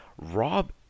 rob